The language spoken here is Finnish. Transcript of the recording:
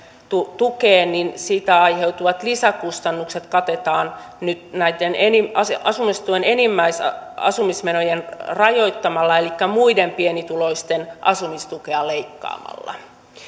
piiriin niin siitä aiheutuvat lisäkustannukset katetaan nyt asumistuen enimmäisasumismenoja rajoittamalla elikkä muiden pienituloisten asumistukea leikkaamalla